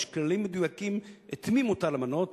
יש כללים מדויקים את מי מותר למנות,